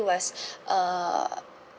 was uh